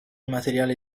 materiale